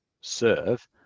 serve